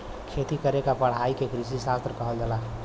खेती करे क पढ़ाई के कृषिशास्त्र कहल जाला